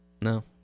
No